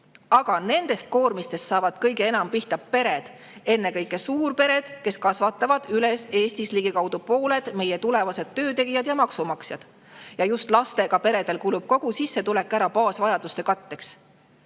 Aga nende koormistega saavad kõige enam pihta pered, ennekõike suurpered, kes kasvatavad Eestis üles ligikaudu pooled meie tulevased töötegijad ja maksumaksjad. Just lastega peredel kulub kogu sissetulek ära baasvajaduste katteks.